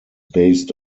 based